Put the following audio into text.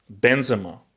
Benzema